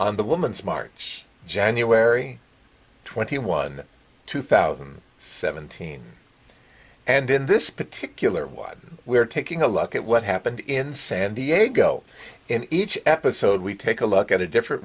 on the woman's march january twenty one two thousand and seventeen and in this particular one we're taking a look at what happened in san diego in each episode we take a look at a different